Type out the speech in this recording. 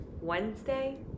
Wednesday